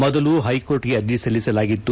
ಮೊದಲು ಹೈಕೋರ್ಟ್ಗೆ ಅರ್ಜಿ ಸಲ್ಲಿಸಲಾಗಿತ್ತು